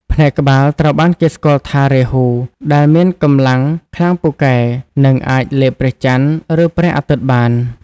ផ្នែកក្បាលត្រូវបានគេស្គាល់ថារាហូ ដែលមានកម្លាំងខ្លាំងពូកែ និងអាចលេបព្រះចន្ទ ឬព្រះអាទិត្យបាន។